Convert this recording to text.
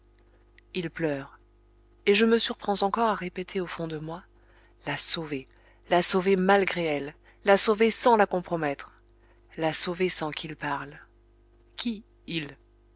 ils pleurent et je me surprends encore à répéter au fond de moi la sauver la sauver malgré elle la sauver sans la compromettre la sauver sans qu il parle qui il